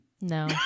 No